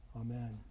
Amen